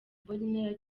mbonera